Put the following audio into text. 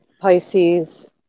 Pisces